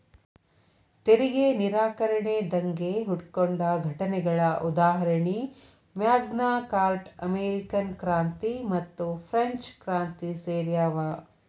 ತೆರಿಗೆ ನಿರಾಕರಣೆ ದಂಗೆ ಹುಟ್ಕೊಂಡ ಘಟನೆಗಳ ಉದಾಹರಣಿ ಮ್ಯಾಗ್ನಾ ಕಾರ್ಟಾ ಅಮೇರಿಕನ್ ಕ್ರಾಂತಿ ಮತ್ತುಫ್ರೆಂಚ್ ಕ್ರಾಂತಿ ಸೇರ್ಯಾವ